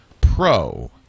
Pro